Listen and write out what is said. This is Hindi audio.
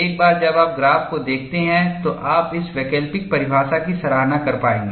एक बार जब आप ग्राफ को देखते हैं तो आप इस वैकल्पिक परिभाषा की सराहना कर पाएंगे